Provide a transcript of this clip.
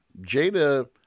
jada